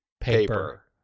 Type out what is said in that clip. paper